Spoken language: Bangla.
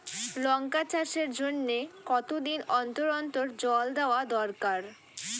লঙ্কা চাষের জন্যে কতদিন অন্তর অন্তর জল দেওয়া দরকার?